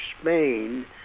Spain